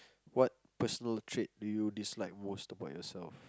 what personal trade do you dislike most about yourself